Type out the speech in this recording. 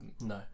no